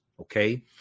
okay